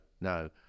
no